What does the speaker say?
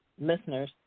listeners